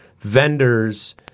vendors